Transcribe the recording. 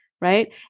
right